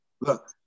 Look